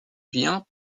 bien